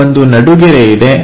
ಇಲ್ಲಿ ಒಂದು ನಡುಗೆರೆ ಇದೆ